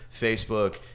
Facebook